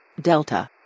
Delta